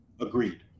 Agreed